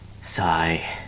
Sigh